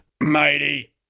Mighty